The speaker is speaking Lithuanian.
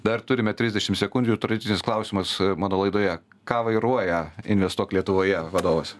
dar turime trisdešim sekundžių tradicinis klausimas mano laidoje ką vairuoja investuok lietuvoje vadovas